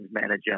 manager